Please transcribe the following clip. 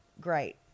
great